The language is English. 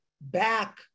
back